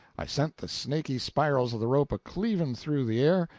i sent the snaky spirals of the rope a-cleaving through the air,